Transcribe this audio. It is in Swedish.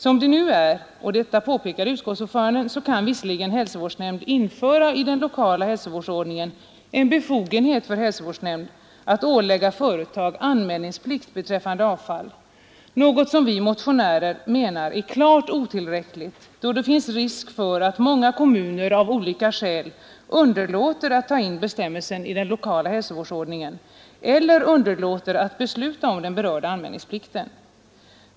Som det nu är — och detta påpekade utskottsordföranden — kan visserligen hälsovårdsnämnd införa i den lokala hälsovårdsordningen en befogenhet för hälsovårdsnämnd att ålägga företag anmälningsplikt beträffande avfall, men vi motionärer menar i vår motion att det är klart otillräckligt, då det finns risk för att många kommuner av olika skäl underlåter att ta in bestämmelsen i den lokala hälsovårdsordningen eller underlåter att besluta om den berörda anmälningsplikten.